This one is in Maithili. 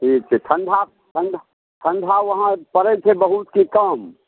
ठीक छै ठण्डा ठण्डा ठण्डा वहाँ पड़ै छै बहुत की कम